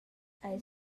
eis